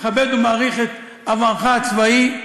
מכבד ומעריך את עברך הצבאי,